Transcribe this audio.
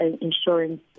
insurance